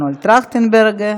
אחריו חברי הכנסת מנואל טרכטנברג,